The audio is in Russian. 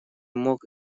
мог